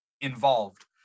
involved